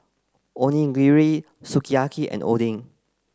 Onigiri Sukiyaki and Oden